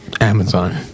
Amazon